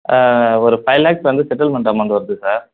ஒரு ஃபைவ் லேக்ஸ் வந்து settlement amount வருது சார்